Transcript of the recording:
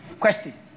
Question